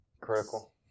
Critical